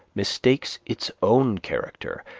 mistakes its own character,